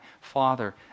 father